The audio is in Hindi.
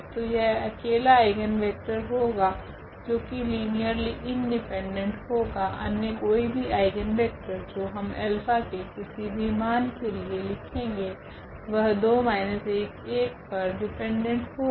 तो यह अकेला आइगनवेक्टर होगा जो की लीनियरली इंडिपेंडेंट होगा अन्य कोई भी आइगनवेक्टर जो हम के किसी भी मान के लिए लिखेगे वह 2 1 1T पर डिपेंडेंट होगा